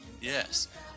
Yes